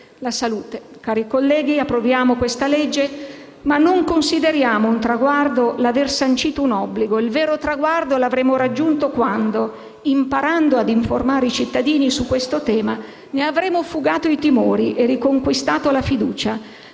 la salute. Cari colleghi, approviamo questo provvedimento, ma non consideriamo un traguardo l'aver sancito un obbligo. Il vero traguardo l'avremo raggiunto quando, imparando a informare i cittadini su questo tema, ne avremo fugato i timori e riconquistato la fiducia.